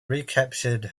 recaptured